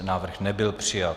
Návrh nebyl přijat.